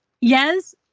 Yes